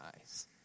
eyes